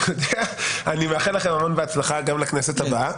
אני מאחל לכם המון בהצלחה גם לכנסת הבאה.